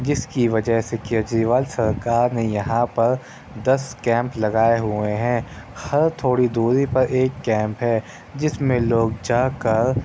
جس کی وجہ سے کجریوال سرکار نے یہاں پر دس کیمپ لگائے ہوئے ہیں ہر تھوڑی دوری پر ایک کیمپ ہے جس میں لوگ جاکر